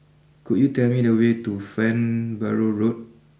could you tell me the way to Farnborough Road